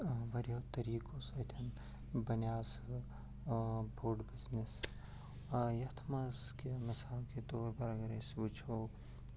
واریاہ طریٖقَو سۭتۍ بنیو سُہ بوٚڈ بِزنِس یَتھ منٛز کہ مِثال کے طور پر اگر أسۍ وُچھَو